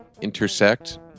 intersect